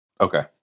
Okay